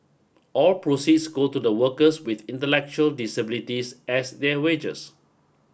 all proceeds go to the workers with intellectual disabilities as their wages